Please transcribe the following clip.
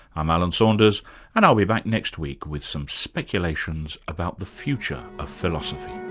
i'm alan saunders and i'll be back next week with some speculations about the future of philosophy